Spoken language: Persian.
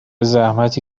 زحمتی